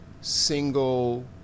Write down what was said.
single